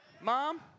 Mom